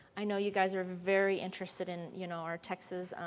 i know you guys are very interested in you know our texas